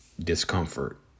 discomfort